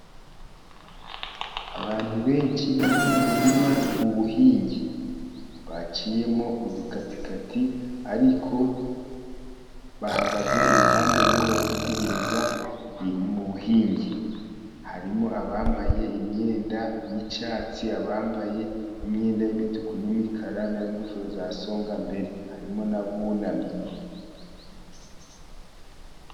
Abantu benshi bari mu murima mu buhinge. Baciyemo udukatikati, ariko bahagaze iruhande rumwe bari kwitegereza mu buhinge. Harimo abambaye imyenda y'icyatsi, abambaye imyenda y'imituku n'imikara, n'ingofero za songambere. Harimo n'abunamye.